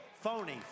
phony